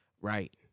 Right